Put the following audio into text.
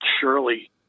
surely